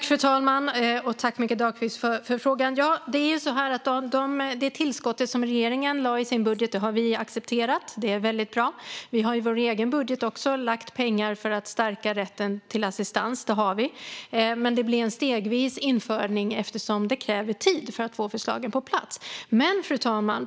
Fru talman! Jag tackar Mikael Dahlqvist för frågan. Det tillskott som regeringen lade fram i sin budget har vi accepterat. Det är bra. I vår egen budget har vi reserverat pengar för att stärka rätten till assistans, men det blir ett stegvis införande eftersom det kräver tid för att få förslagen på plats. Fru talman!